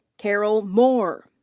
carol moore.